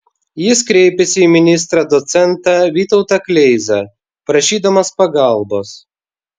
jis kreipėsi į ministrą docentą vytautą kleizą prašydamas pagalbos